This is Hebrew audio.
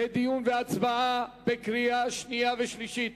לדיון ולהצבעה בקריאה שנייה ושלישית